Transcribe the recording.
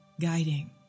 guiding